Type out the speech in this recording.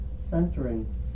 centering